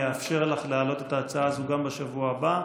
אני אאפשר לך להעלות את ההצעה הזו גם בשבוע הבא,